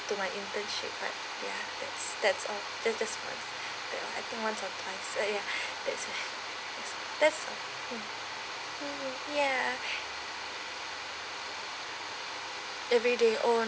to my internship but ya that's that's all just just once ya I think once or twice so ya that's um ya every day oh